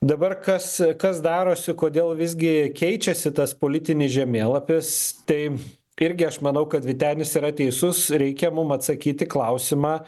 dabar kas kas darosi kodėl visgi keičiasi tas politinis žemėlapis tai irgi aš manau kad vytenis yra teisus reikia mum atsakyt į klausimą